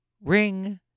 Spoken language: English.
ring